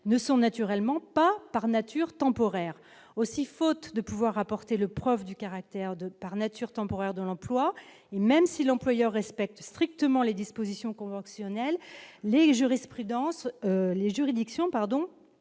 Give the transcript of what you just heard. ne sont naturellement pas par nature temporaire aussi faute de pouvoir apporter le preuve du caractère de par nature temporaire de l'emploi et même si l'employeur respecte strictement les dispositions conventionnelles les jurisprudences